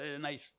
Nice